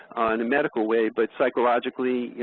in the medical way but psychologically,